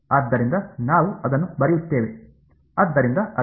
ಆದ್ದರಿಂದ ನಾವು ಅದನ್ನು ಬರೆಯುತ್ತೇವೆ ಆದ್ದರಿಂದ ಅದು